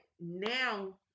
now